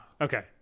Okay